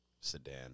sedan